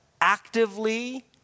actively